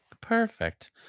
Perfect